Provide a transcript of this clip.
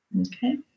Okay